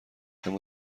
اما